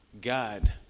God